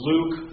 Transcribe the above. Luke